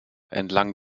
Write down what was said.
entlang